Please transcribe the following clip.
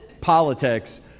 politics